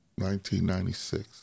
1996